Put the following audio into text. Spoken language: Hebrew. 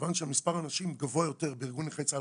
כיוון שמספר הנשים גבוה יותר - וארגון נכי צה"ל,